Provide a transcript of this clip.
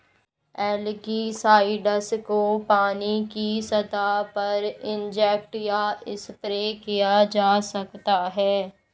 algicides को पानी की सतह पर इंजेक्ट या स्प्रे किया जा सकता है